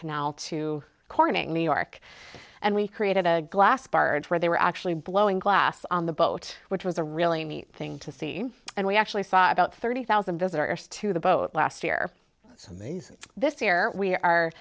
canal to corning new york and we created a glass barge where they were actually blowing glass on the boat which was a really neat thing to see and we actually saw about thirty thousand visitors to the boat last year so this year we are